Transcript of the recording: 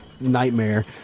nightmare